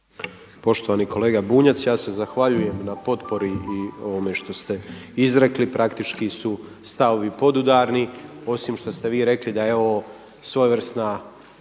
Poštovani kolega Bunjac, ja se zahvaljujem na potpori i ovome što ste izrekli. Praktički su stavovi podudarni osim što ste vi rekli da je ovo svojevrsna